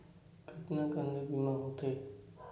कतका कन ले बीमा होथे?